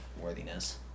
worthiness